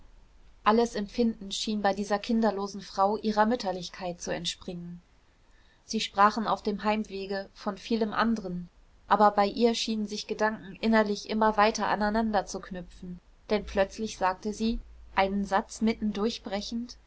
alles empfinden schien bei dieser kinderlosen frau ihrer mütterlichkeit zu entspringen sie sprachen auf dem heimwege von vielem anderen aber bei ihr schienen sich gedanken innerlich immer weiter aneinander zu knüpfen denn plötzlich sagte sie einen satz mitten durchbrechend